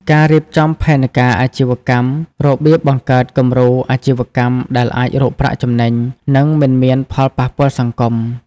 ការរៀបចំផែនការអាជីវកម្មរបៀបបង្កើតគំរូអាជីវកម្មដែលអាចរកប្រាក់ចំណេញ និងមិនមានផលប៉ះពាល់សង្គម ។